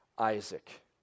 Isaac